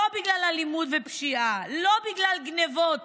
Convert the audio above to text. לא בגלל אלימות ופשיעה, לא בגלל גנבות